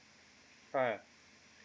ah